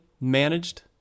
managed